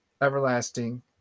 everlasting